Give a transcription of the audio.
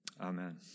Amen